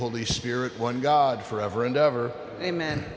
holy spirit one god forever and ever amen